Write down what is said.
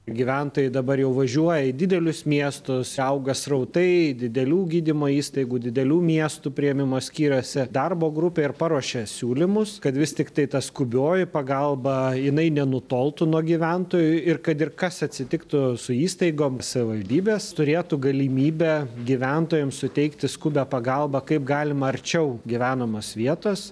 gyventojai dabar jau važiuoja į didelius miestus auga srautai didelių gydymo įstaigų didelių miestų priėmimo skyriuose darbo grupė ir paruošė siūlymus kad vis tiktai ta skubioji pagalba jinai nenutoltų nuo gyventojų ir kad ir kas atsitiktų su įstaigom savivaldybės turėtų galimybę gyventojams suteikti skubią pagalbą kaip galima arčiau gyvenamos vietos